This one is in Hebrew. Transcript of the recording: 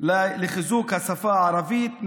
לחיזוק השפה הערבית.